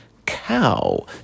cow